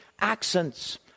accents